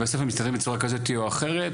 ובסוף הם מסתדרים בצורה כזאת או אחרת,